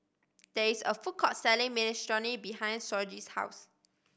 there is a food court selling Minestrone behind Shoji's house